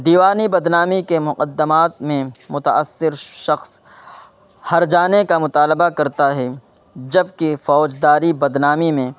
دیوانی بد نامی کے مقدمات میں متاثر شخص ہرجانے کا مطالبہ کرتا ہے جب کہ فوج داری بد نامی میں